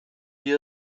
wir